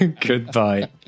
Goodbye